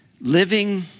living